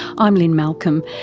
i'm lynne malcolm,